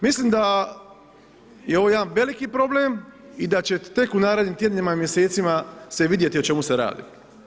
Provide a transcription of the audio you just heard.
Mislim da je ovo jedan veliki problem i da ćete tek u narednim tjednima i mjesecima se vidjeti o čemu se radi.